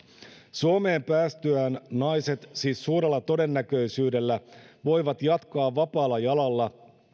suomeen päästyään naiset siis suurella todennäköisyydellä voivat jatkaa vapaalla jalalla